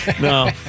No